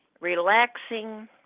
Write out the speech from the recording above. relaxing